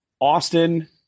Austin